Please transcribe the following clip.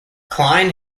klein